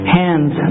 hands